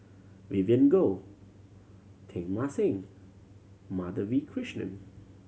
Vivien Goh Teng Mah Seng Madhavi Krishnan